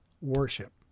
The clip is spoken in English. worship